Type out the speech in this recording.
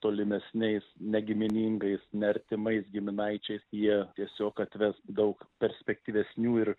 tolimesniais ne giminingais ne artimais giminaičiais jie tiesiog atves daug perspektyvesnių ir